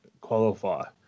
qualify